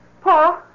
Paul